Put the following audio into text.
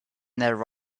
their